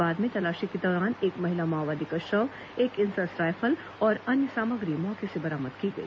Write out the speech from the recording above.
बाद में तलाशी के दौरान एक महिला माओवादी का शव एक इंसास राइफल और अन्य सामग्री मौके से बरामद की गई